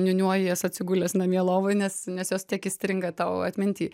niūniuoji jas atsigulęs namie lovoj nes nes jos tiek įstringa tau atminty